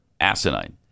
Asinine